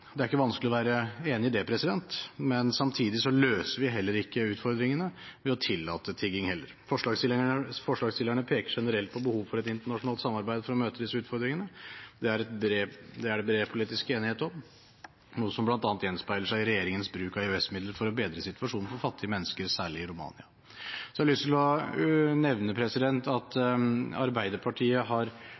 Det er ikke vanskelig å være enig i det, men samtidig løser vi heller ikke utfordringene ved å tillate tigging. Forslagsstillerne peker generelt på behovet for et internasjonalt samarbeid for å møte disse utfordringene. Det er det bred politisk enighet om, noe som bl.a. gjenspeiler seg i regjeringens bruk av EØS-midler for å bedre situasjonen for fattige mennesker, særlig i Romania. Så har jeg lyst til å nevne at Arbeiderpartiet